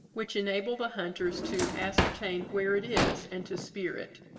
which enable the hunters to ascertain where it is, and to spear it.